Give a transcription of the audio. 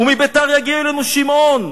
ומביתר יגיע אלינו שמעון,